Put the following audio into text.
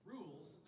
Rules